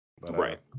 Right